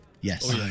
Yes